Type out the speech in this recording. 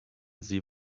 see